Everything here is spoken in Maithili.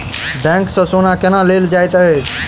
बैंक सँ सोना केना लेल जाइत अछि